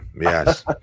Yes